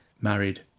married